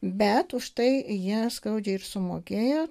bet už tai jie skaudžiai ir sumokėjo